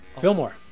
Fillmore